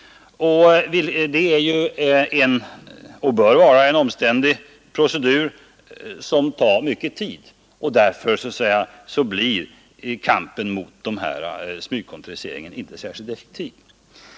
Det är ju — och bör vara — en omständlig procedur, som tar mycket tid, och därför blir kampen mot smygkontoriseringen inte särskilt effektiv.